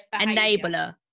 Enabler